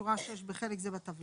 שבשורה 6 בחלק זה בטבלה.